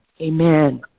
Amen